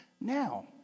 now